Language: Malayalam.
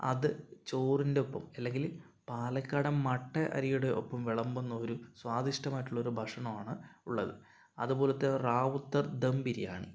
അത് ചോറിന്റെയൊപ്പം അല്ലെങ്കില് പാലക്കാടൻ മട്ട അരിയുടെ ഒപ്പം വിളമ്പുന്ന ഒരു സ്വാദിഷ്ടമായിട്ടുള്ളൊരു ഭക്ഷണമാണ് ഉള്ളത് അതുപോലത്തെ റാവുത്തർ ദം ബിരിയാണി